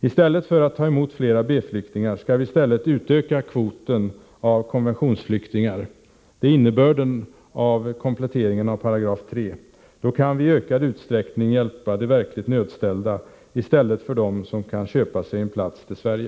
Istället för att ta emot fler B-flyktingar skall vi utöka kvoten konventionsflyktingar. Det är innebörden av kompletteringen av 3 §. Då kan vi i ökad utsträckning hjälpa de verkligt nödställda, i stället för dem som kan köpa sig en plats till Sverige.